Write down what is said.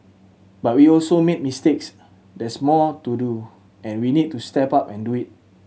but we also made mistakes there's more to do and we need to step up and do it